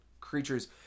creatures